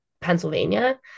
Pennsylvania